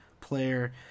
player